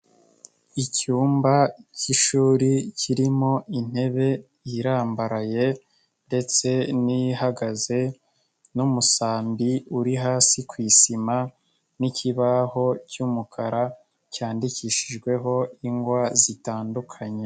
Icyumba cy'ishuri kirimo intebe irambaraye ndetse n'ihagaze n'umusambi uri hasi ku isima n'ikibaho cy'umukara, cyandikishijweho ingwa zitandukanye.